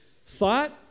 Thought